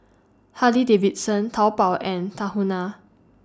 Harley Davidson Taobao and Tahuna